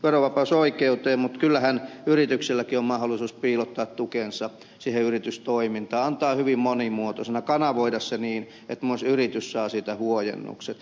kyllähän yritykselläkin on mahdollisuus piilottaa tukensa siihen yritystoimintaan antaa hyvin monimuotoisena kanavoida se niin että yritys saa siitä huojennukset